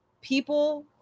People